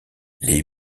les